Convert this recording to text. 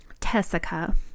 tessica